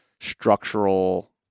structural